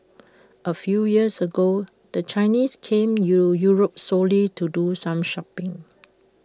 A few years ago the Chinese came to Europe solely to do some shopping